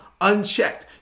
unchecked